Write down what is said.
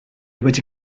wedi